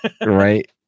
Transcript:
Right